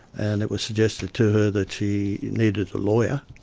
and it was suggested to her that she needed a lawyer.